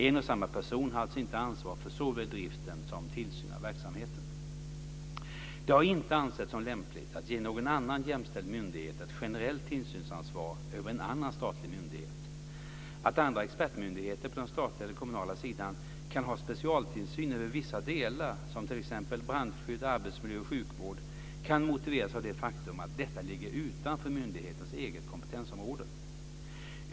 En och samma person har alltså inte ansvar för såväl driften som tillsyn av en verksamhet. Det har inte ansetts som lämpligt att ge någon annan jämställd myndighet ett generellt tillsynsansvar över en annan statlig myndighet. Att andra expertmyndigheter på den statliga eller kommunala sidan kan ha specialtillsyn över vissa delar, som t.ex. brandskydd, arbetsmiljö och sjukvård, kan motiveras av det faktum att detta ligger utanför myndighetens eget kompetensområde.